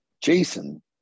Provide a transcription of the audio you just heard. Jason